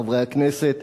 חברי הכנסת,